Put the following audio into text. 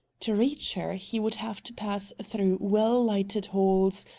to reach her he would have to pass through well-lighted halls,